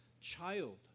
child